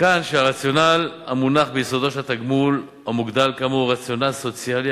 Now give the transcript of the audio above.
מכאן שהרציונל המונח ביסודו של התגמול המוגדל כאמור הוא רציונל סוציאלי,